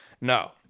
No